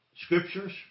Scriptures